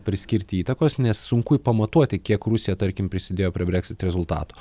priskirti įtakos nes sunku pamatuoti kiek rusija tarkim prisidėjo prie breksit rezultatų